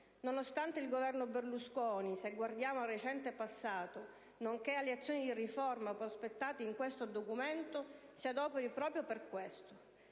nonostante il Governo Berlusconi, se guardiamo al recente passato nonché alle azioni di riforma prospettate in questo Documento, si adoperi proprio per questo: